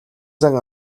зан